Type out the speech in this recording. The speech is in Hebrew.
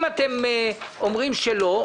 אם אתם אומרים שלא,